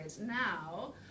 Now